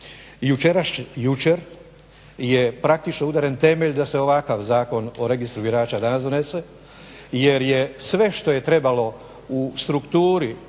Jučer je praktično udaren temelj da se ovakav Zakon o registru birača danas donese jer je sve što je trebalo u strukturi